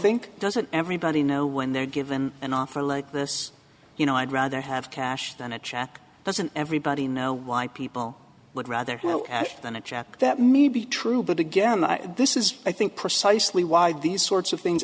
think doesn't everybody know when they're given an offer like this you know i'd rather have cash than a check doesn't everybody know why people would rather than a chap that may be true but again this is i think precisely why these sorts of things